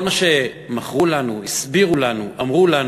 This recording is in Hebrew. כל מה שמכרו לנו, הסבירו לנו, אמרו לנו,